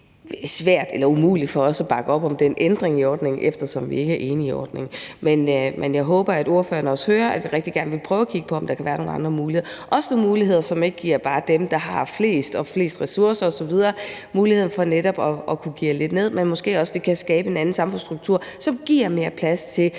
svært eller umuligt for os at bakke op om den ændring af ordningen, eftersom vi ikke er enige i ordningen. Men jeg håber, at ordføreren også hører, at vi rigtig gerne vil prøve at kigge på, om der kan være nogle andre muligheder – også nogle muligheder, som ikke bare giver dem, der har flest ressourcer osv., muligheden for netop at kunne geare lidt ned, men måske også muligheder for at skabe en anden samfundsstruktur, som giver mere plads til